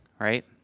right